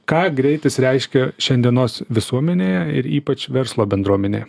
ką greitis reiškia šiandienos visuomenėje ir ypač verslo bendruomenėje